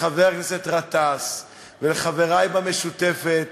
לחבר הכנסת גטאס ולחברי במשותפת,